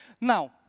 Now